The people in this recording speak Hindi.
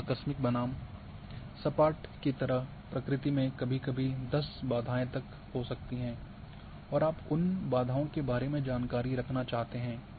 अब आकस्मिक बनाम सपाट की तरह प्रकृति में कभी कभी 10 बाधाएं तक हो सकती हैं और आप उन बाधाओं के बारे में जानकारी रखना चाहते हैं